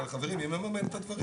חברים, מי מממן את הדברים האלה?